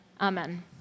Amen